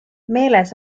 meeles